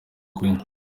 ukuri